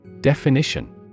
Definition